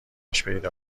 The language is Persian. پیدا